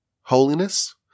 holiness